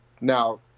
now